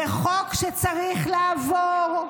זה חוק שצריך לעבור.